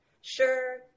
Sure